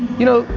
you know,